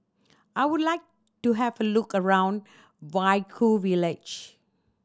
I would like to have a look around Vaiaku village